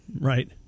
Right